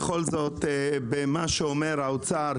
במה שאומר האוצר,